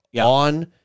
on